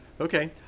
Okay